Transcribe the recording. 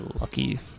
Lucky